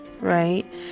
right